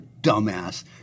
dumbass